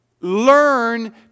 Learn